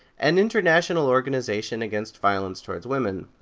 an international organization against violence towards women.